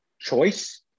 choice